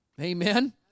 amen